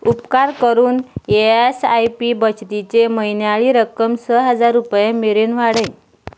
उपकार करून S I P बचतीची म्हयन्याळी रक्कम स हजार रुपया मेरेन वाडय